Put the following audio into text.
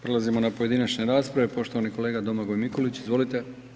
Prelazimo na pojedinačne rasprava, poštovani kolega Domagoj Mikulić, izvolite.